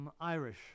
Irish